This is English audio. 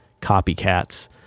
copycats